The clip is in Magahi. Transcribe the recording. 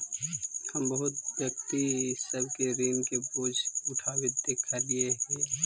हम बहुत व्यक्ति सब के ऋण के बोझ उठाबित देखलियई हे